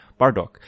Bardock